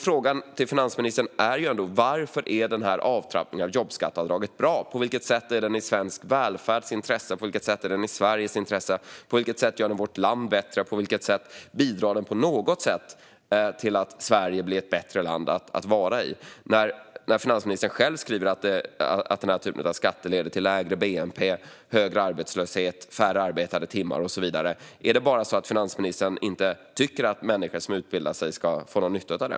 Frågorna till finansministern blir: Varför är den här avtrappningen av jobbskatteavdraget bra? På vilket sätt är den i svensk välfärds intresse? På vilket sätt är den i Sveriges intresse? På vilket sätt gör den vårt land bättre? Bidrar den på något sätt till att Sverige blir ett bättre land att vara i? Finansministern skriver själv att den här typen av skatter leder till lägre bnp, högre arbetslöshet, färre arbetade timmar och så vidare. Är det bara så att finansministern inte tycker att människor som utbildar sig ska få någon nytta av det?